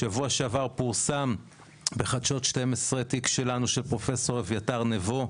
בשבוע שעבר פורסם בחדשות 12 תיק שלנו של פרופסור אביתר נבו,